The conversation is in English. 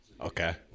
Okay